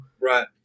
Right